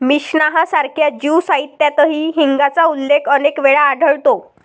Mishnah सारख्या Jew साहित्यातही हिंगाचा उल्लेख अनेक वेळा आढळतो